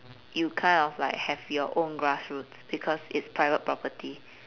you kind of have like your own grassroots because it's private property